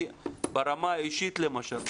לי ברמה האישית למשל,